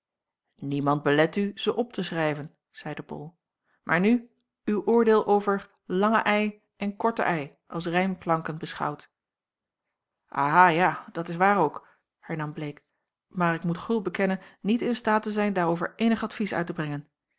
niemand belet u ze op te schrijven zeide bol maar nu uw oordeel over ij en ei als rijmklanken beschouwd jacob van ennep laasje evenster ja dat is waar ook hernam bleek maar ik moet gul bekennen niet in staat te zijn daarover eenig advies uit te brengen